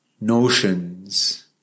notions